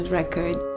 record